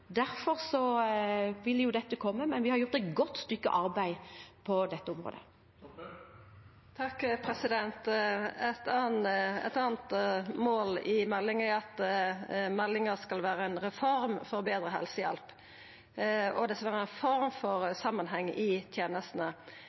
Derfor vil dette komme, men vi har gjort et godt stykke arbeid på dette området. Eit anna mål i stortingsmeldinga er at ho skal vera ei reform for betre helsehjelp og samanheng i tenestene.